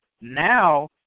now